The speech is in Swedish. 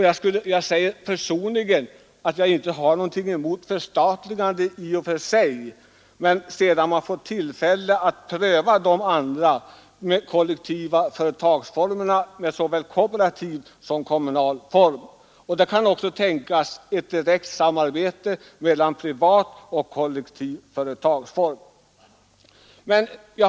Jag har personligen ingenting emot ett förstatligande i och för sig, sedan man fått tillfälle att pröva de andra kollektiva företagsformerna, såväl den kooperativa som den kommunala. Ett direkt samarbete mellan privat och kollektiv företagsamhet kan också tänkas.